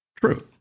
true